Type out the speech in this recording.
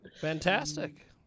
Fantastic